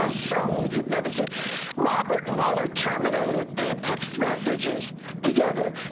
um so you've never robert mueller terminated their text messages together.